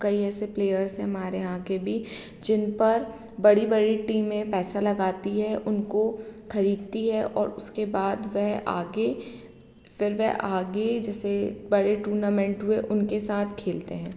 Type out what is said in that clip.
कई ऐसे प्लेयर्स हैं हमारे यहाँ के भी जिन पर बड़ी बड़ी टीम में पैसा लगाती है उनको खरीदती है और उसके बाद वह आगे फ़िर वह आगे जैसे बड़े टूर्नामेंट हुए उनके साथ खेलते हैं